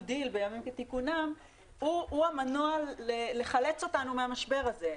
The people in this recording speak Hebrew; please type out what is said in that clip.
דיל" בימים כתיקונם הוא המנוע לחלץ אותנו מהמשבר הזה.